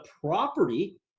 property